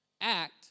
act